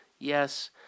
Yes